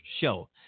show